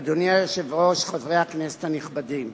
אדוני היושב-ראש, חברי הכנסת הנכבדים,